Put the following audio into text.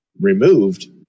Removed